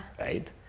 right